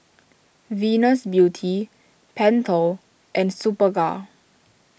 Venus Beauty Pentel and Superga